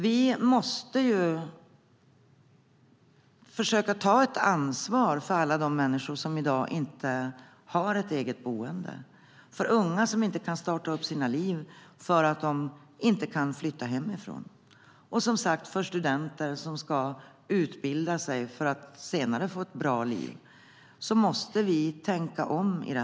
Vi måste försöka ta ett ansvar för alla dem som i dag inte har ett eget boende - för unga som inte kan starta sina liv eftersom de inte kan flytta hemifrån och för studenter som ska utbilda sig för att senare få ett bra liv. Vi måste tänka om.